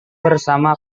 bersama